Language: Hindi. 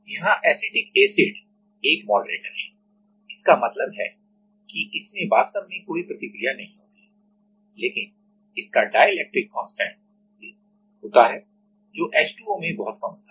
यहां एसिटिक एसिड एक मॉडरेटर moderator है इसका मतलब है कि इसमें वास्तव में कोई प्रतिक्रिया नहीं होती है लेकिन इसका डाइलेक्ट्रिक कांस्टेंट dielectric constant स्थिरांक होता है जो H2O से बहुत कम होता है